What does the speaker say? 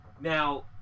now